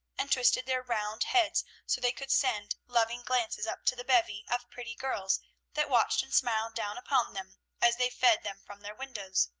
and twisted their round heads so they could send loving glances up to the bevy of pretty girls that watched and smiled down upon them, as they fed them from their windows.